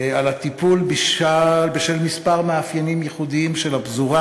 הטיפול בשל כמה מאפיינים ייחודיים של הפזורה: